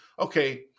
okay